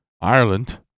Ireland